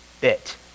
bit